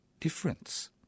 difference